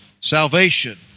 salvation